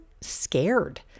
scared